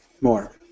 more